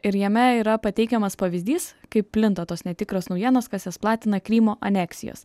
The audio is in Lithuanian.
ir jame yra pateikiamas pavyzdys kaip plinta tos netikros naujienos kas jas platina krymo aneksijos